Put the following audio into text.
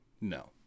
No